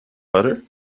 butter